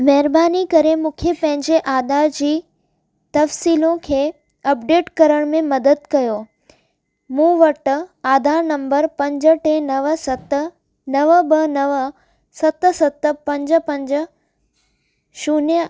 महहिरबानी करे मूंखे पंहिंजे आधार जी तफ़्सीलूं खे अपडेट करण में मदद कयो मूं वटि आधार नम्बर पंज टे नव सत नव ॿ नव सत सत पंज पंज शून्य